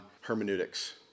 hermeneutics